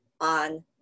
on